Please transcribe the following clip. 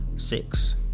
Six